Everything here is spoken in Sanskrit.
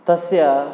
तस्य